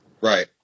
Right